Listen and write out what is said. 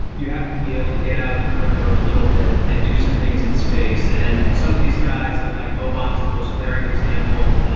you have to be able to get out in the perimeter a little bit and do some things in space. and some of these guys are like bougon is the most glaring example.